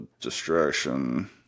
Distraction